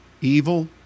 evil